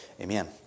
Amen